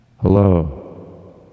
hello